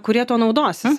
kurie tuo naudosis